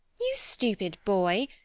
you stupid boy!